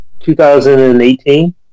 2018